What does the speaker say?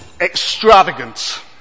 extravagant